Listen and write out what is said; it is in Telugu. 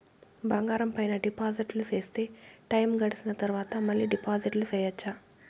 బంగారం పైన డిపాజిట్లు సేస్తే, టైము గడిసిన తరవాత, మళ్ళీ డిపాజిట్లు సెయొచ్చా?